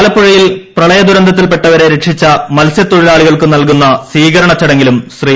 ആലപ്പുഴയിൽ പ്രളയദുരന്തത്തിൽപ്പെട്ടവരെ ര ക്ഷിച്ച മത്സൃത്തൊഴിലാളികൾക്ക് നൽകുന്ന സ്വീകരണ ചടങ്ങിലും ശ്രീ